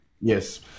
Yes